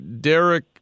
Derek